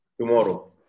tomorrow